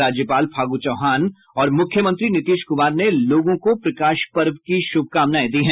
राज्यपाल फागू चौहान और मुख्यमंत्री नीतीश कुमार ने लोगों को प्रकाश पर्व की शुभकामनाएं दी हैं